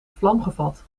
vlamgevat